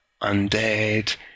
undead